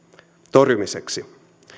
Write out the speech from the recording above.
torjumiseksi